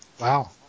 Wow